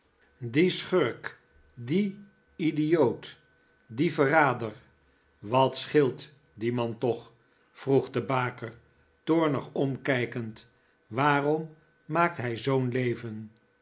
die schurk die idioot die verrader wat scheelt dien man toch vroeg de baker toornig omkijkend waarom maakt hij zoo'n leven